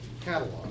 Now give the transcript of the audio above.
Catalog